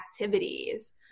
activities